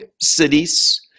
cities